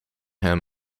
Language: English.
him